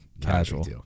Casual